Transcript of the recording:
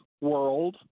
World